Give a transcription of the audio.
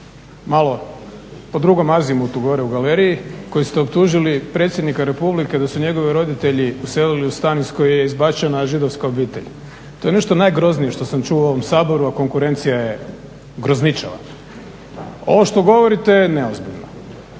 se ne razumije./… tu gore u galeriji, koji ste optužili predsjednika Republike da su njegovi roditelji uselili u stan iz kojeg je izbačena židovska obitelj. To je nešto najgroznije što sam čuo u ovom Saboru, a konkurencija je grozničava. Ovo što govorite je neozbiljno.